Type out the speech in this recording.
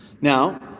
Now